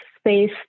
space